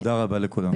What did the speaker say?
תודה רבה לכולם.